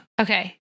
Okay